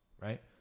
right